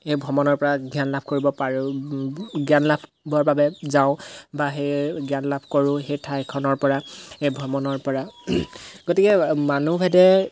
সেই ভ্ৰমণৰপৰা জ্ঞান লাভ কৰিব পাৰোঁ জ্ঞান লাভবৰ বাবে যাওঁ বা সেই জ্ঞান লাভ কৰোঁ সেই ঠাইখনৰপৰা এই ভ্ৰমণৰপৰা গতিকে মানুহভেদে